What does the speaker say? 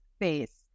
face